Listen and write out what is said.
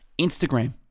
Instagram